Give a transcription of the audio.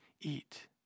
eat